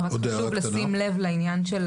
רק חשוב לשים לב לעניין של